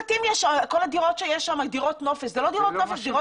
כל הדירות שם הן לא דירות נופש אלא דירות מגורים.